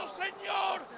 señor